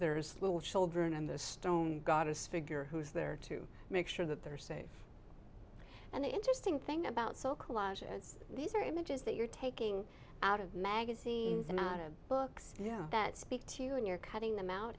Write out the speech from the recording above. there is little children in the stone goddess figure who's there to make sure that they're safe and the interesting thing about so collage is these are images that you're taking out of magazines and not to books yeah that speak to you when you're cutting them out